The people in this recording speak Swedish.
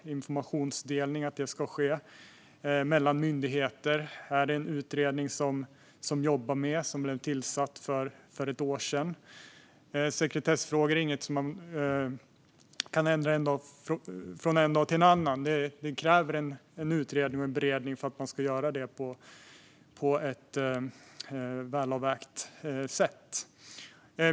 Att informationsdelning ska ske mellan myndigheter finns det en utredning som jobbar med. Den tillsattes för ett år sedan. Sekretessfrågor är inget som man kan ändra från en dag till en annan. Det krävs en utredning och en beredning för att man ska göra det på ett välavvägt sätt.